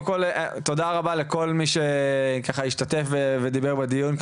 תודה רבה לכל מי שהשתתף ודיבר בדיון.